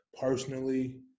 Personally